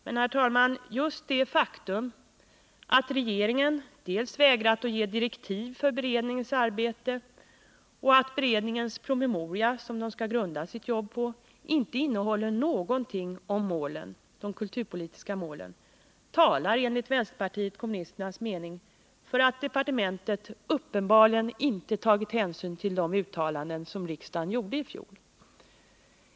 Men, herr talman, just det faktum att regeringen vägrat att ge direktiv för beredningens arbete och att beredningens promemoria, som den skall grunda sitt arbete på, inte innehåller något om de kulturpolitiska målen talar enligt vänsterpartiet kommunisternas mening för att departementet uppenbarligen inte tagit hänsyn till de uttalanden som riksdagen gjorde i fjol.